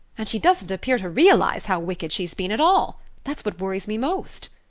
and she doesn't appear to realize how wicked she's been at all that's what worries me most.